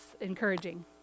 encouraging